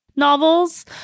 novels